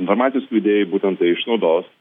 informacijos skleidėjai būtent tai išnaudos